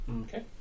Okay